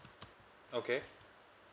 okay